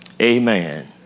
Amen